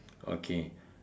okay